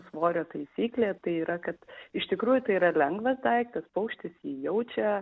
svorio taisyklė tai yra kad iš tikrųjų tai yra lengvas daiktas paukštis jį jaučia